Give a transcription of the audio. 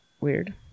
weird